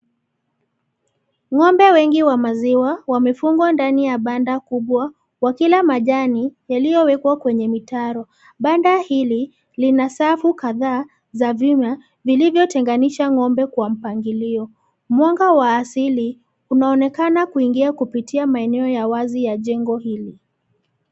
Ng'ombe wengi wa maziwa wamefungwa ndani ya banda kubwa wakila majani yaliowekwa kwenye mitaro. Banda hili lina safu kadhaa za vyuma vilivyotenganisha ng'ombe kwa mpangilio. Mwanga wa asili unaonekana kuingia kupitia maeneo ya wazi ya jengo hili.